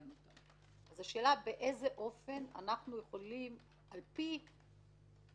השאלה היא באיזה אופן אנחנו יכולים לפעול על פי